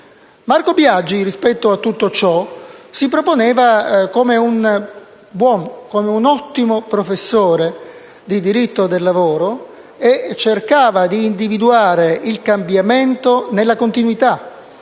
Marco Biagi rispetto a tutto ciò si proponeva come un ottimo professore di diritto del lavoro e cercava di individuare il cambiamento nella continuità,